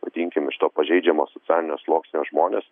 vadinkim iš to pažeidžiamo socialinio sluoksnio žmonės